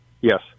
Yes